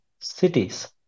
cities